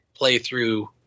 playthrough